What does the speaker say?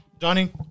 Johnny